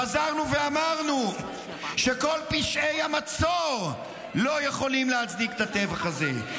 חזרנו ואמרנו שכל פשעי המצור לא יכולים להצדיק את הטבח הזה.